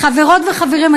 חברות וחברים,